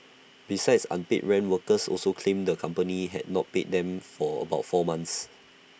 besides unpaid rent workers also claimed the company had not paid them for about four months